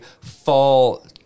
fall